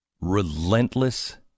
relentless